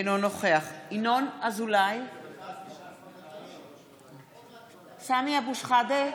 אינו נוכח (קוראת בשמות חברי הכנסת) סמי אבו שחאדה,